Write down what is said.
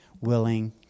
willing